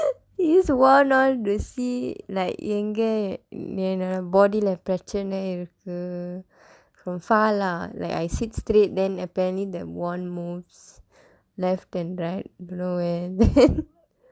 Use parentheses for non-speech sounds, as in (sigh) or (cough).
he use wand all to see like எங்கே என்னோட:engkee ennoda body-lae பிரச்னை இருக்கு:pirachsanai irruku from far lah like I sit straight then apparently the wand moves left and right don't know where (laughs) then